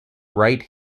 right